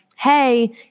hey